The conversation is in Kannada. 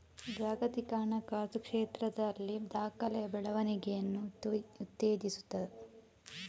ಜಾಗತಿಕ ಹಣಕಾಸು ಕ್ಷೇತ್ರದಲ್ಲಿ ದಾಖಲೆಯ ಬೆಳವಣಿಗೆಯನ್ನು ಉತ್ತೇಜಿಸಿತು